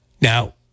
Now